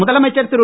முதலமைச்சர் திரு